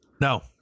No